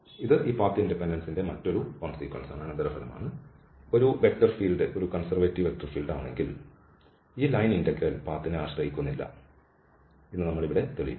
ഇത് ഈ പാത്ത് ഇൻഡിപെൻഡൻസ്ൻറെ മറ്റൊരു അനന്തരഫലമാണ് ഒരു വെക്റ്റർ ഫീൽഡ് ഒരു കൺസെർവേറ്റീവ് വെക്റ്റർ ഫീൽഡ് ആണെങ്കിൽ ഈ ലൈൻ ഇന്റഗ്രൽ പാത്ത്നെ ആശ്രയിക്കുന്നില്ല ഇന്ന് നമ്മൾ ഇവിടെ തെളിയിച്ചു